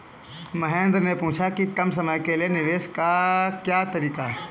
महेन्द्र ने पूछा कि कम समय के लिए निवेश का क्या तरीका है?